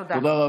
תודה.